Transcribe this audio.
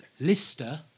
Lister